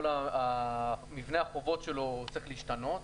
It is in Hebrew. כל מבנה החובות שלו צריך להשתנות.